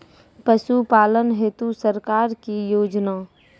पशुपालन हेतु सरकार की योजना?